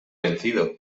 vencido